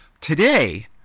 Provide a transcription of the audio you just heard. today